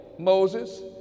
moses